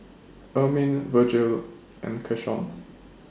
Ermine Vergil and Keshawn